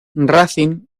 racing